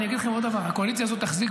אני אגיד לכם עוד דבר: הקואליציה הזאת תחזיק,